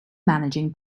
managing